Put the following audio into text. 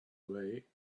way